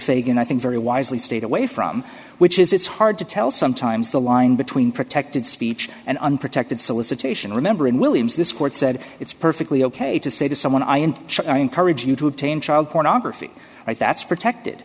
fagan i think very wisely stayed away from which is it's hard to tell sometimes the line between protected speech and unprotected solicitation remember in williams this court said it's perfectly ok to say to someone i and i encourage you to obtain child pornography right that's protected